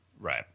Right